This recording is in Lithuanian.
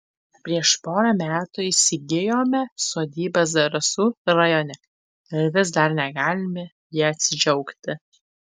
prieš porą metų įsigijome sodybą zarasų rajone ir vis dar negalime ja atsidžiaugti